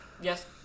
Yes